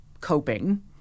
coping